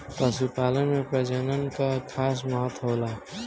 पशुपालन में प्रजनन कअ खास महत्व होला